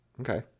Okay